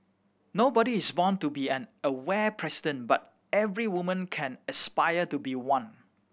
nobody is born to be an Aware president but every woman can aspire to be one